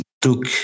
took